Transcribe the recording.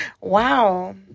Wow